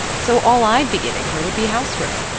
so all i'd be giving her would be house room.